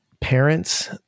Parents